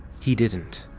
he didn't.